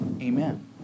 Amen